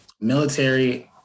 military